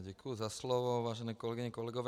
Děkuji za slovo, vážené kolegyně, kolegové.